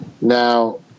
Now